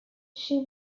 she